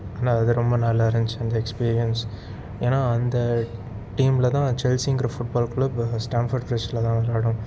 ஆனால் அது ரொம்ப நல்லாருந்துச்சு அந்த எக்ஸ்பீரியன்ஸ் ஏன்னா அந்த டீமில் தான் ஜெல்சிங்கிற ஃபுட்பால் கிளப் ஸ்டாம்ஃபோர்ட் ஃப்ரிசில் தான் வந் நடக்கும்